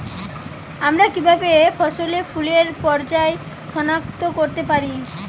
আমরা কিভাবে ফসলে ফুলের পর্যায় সনাক্ত করতে পারি?